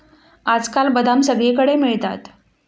आजकाल बदाम सगळीकडे मिळतात